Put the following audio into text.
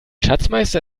schatzmeister